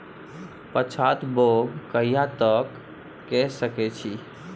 पछात बौग कहिया तक के सकै छी?